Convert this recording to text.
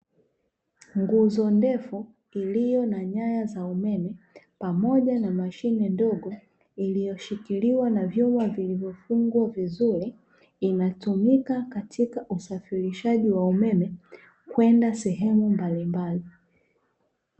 Nguzo ndefu iliyo na nyaya za umeme pamoja na mashine ndogo iliyoshikiliwa na vyuma vilivyofungwa vizuri, inatumika katika usafirishaji wa umeme kwenda sehemu mbalimbali.